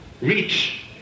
reach